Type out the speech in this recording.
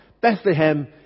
Bethlehem